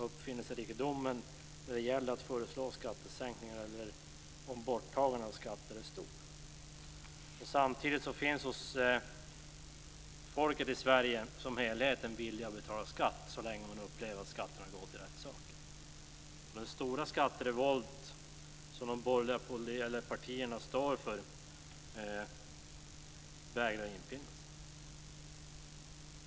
Uppfinningsrikedomen när det gäller att föreslå skattesänkningar eller borttagande av skatter är stor. Samtidigt finns det hos folket i Sverige som helhet en vilja att betala skatt så länge man upplever att skatterna går till rätt saker. Den stora skatterevolt som de borgerliga partierna står för vägrar att infinna sig.